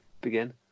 begin